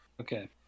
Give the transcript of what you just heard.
Okay